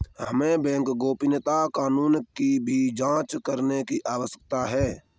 हमें बैंक गोपनीयता कानूनों की भी जांच करने की आवश्यकता है